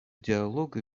диалога